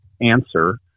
answer